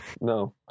no